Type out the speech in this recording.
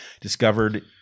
discovered